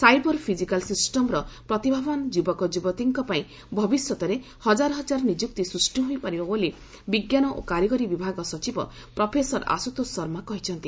cyber physical ସିଷ୍ଟମର ପ୍ରତିଭାବାନ ଯୁବକଯ୍ରବତୀଙ୍କ ପାଇଁ ଭବିଷ୍ୟତରେ ହଜାର ହଜାର ନିଯୁକ୍ତି ସୃଷ୍ଟି ହୋଇପାରିବ ବୋଲି ବିଜ୍ଞାନ ଓ କାରିଗରି ବିଭାଗ ସଚିବ ପ୍ରଫେସର ଆଶ୍ରତୋଷ ଶର୍ମା କହିଛନ୍ତି